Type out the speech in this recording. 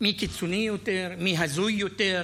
מי קיצוני יותר, מי הזוי יותר,